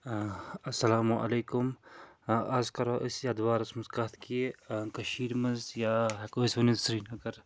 اَسَلامُ علیکُم آز کَرو أسۍ یَتھ بارَس منٛز کَتھ کہِ کٔشیٖرِ منٛز یا ہؠکو أسۍ ؤنِتھ سرینَگر